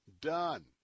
done